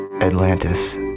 Atlantis